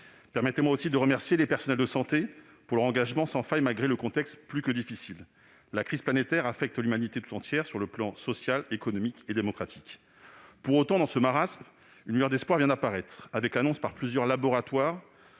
Permettez-moi, à cet égard, de remercier les personnels de santé de leur engagement sans faille, malgré le contexte plus que difficile. La crise planétaire affecte l'humanité tout entière sur les plans social, économique et démocratique. Pour autant, dans ce marasme, une lueur d'espoir vient de naître avec l'annonce, par plusieurs laboratoires,